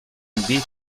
bici